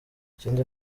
ikindi